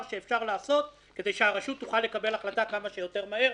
שאפשר לעשות כדי שהרשות תוכל לקבל החלטה כמה שיותר מהר,